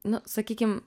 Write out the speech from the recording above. nu sakykim